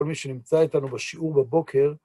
כל מי שנמצא איתנו בשיעור בבוקר...